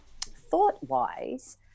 thought-wise